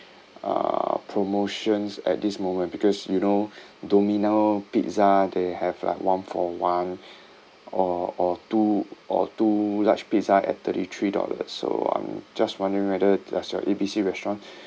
uh promotions at this moment because you know domino pizza they have like one-for-one or or two or two large pizza at thirty three dollars so I'm just wondering whether does your A B C restaurant